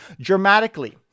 dramatically